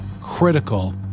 critical